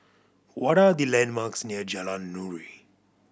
what are the landmarks near Jalan Nuri